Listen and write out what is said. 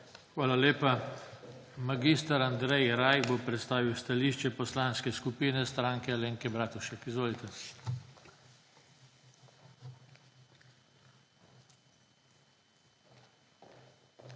Hvala lepa. Mag. Andrej Rajh bo predstavil stališče Poslanske skupine Stranke Alenke Bratušek. Izvolite.